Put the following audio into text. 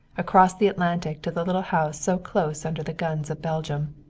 across the atlantic to the little house so close under the guns of belgium.